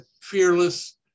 fearless